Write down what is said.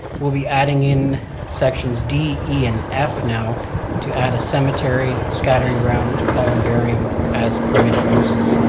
we'll be adding in sections d, e and f now to add a cemetery scattering ground and columbarium as permitted uses.